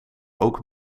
ook